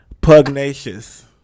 pugnacious